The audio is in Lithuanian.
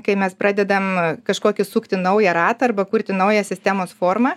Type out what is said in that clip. kai mes pradedam kažkokį sukti naują ratą arba kurti naują sistemos formą